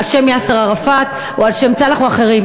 על-שם יאסר ערפאת או על-שם נאצר או אחרים.